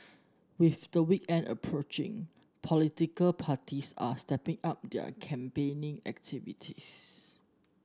with the weekend approaching political parties are stepping up their campaigning activities